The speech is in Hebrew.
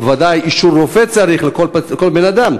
ובוודאי צריך אישור רופא לכל בן-אדם,